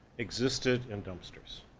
existed in dumpsters,